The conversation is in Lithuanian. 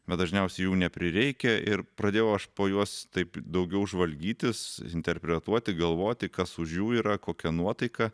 bet dažniausiai jų neprireikia ir pradėjau aš po juos taip daugiau žvalgytis interpretuoti galvoti kas už jų yra kokia nuotaika